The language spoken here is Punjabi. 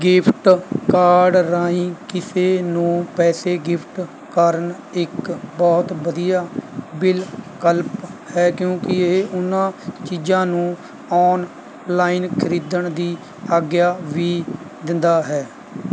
ਗਿਫਟ ਕਾਰਡ ਰਾਹੀਂ ਕਿਸੇ ਨੂੰ ਪੈਸੇ ਗਿਫਟ ਕਰਨ ਇੱਕ ਬਹੁਤ ਵਧੀਆ ਵਿਕਲਪ ਹੈ ਕਿਉਂਕਿ ਇਹ ਉਨ੍ਹਾਂ ਚੀਜ਼ਾਂ ਨੂੰ ਔਨਲਾਈਨ ਖਰੀਦਣ ਦੀ ਆਗਿਆ ਵੀ ਦਿੰਦਾ ਹੈ